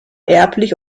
erblich